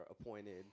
appointed